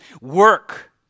work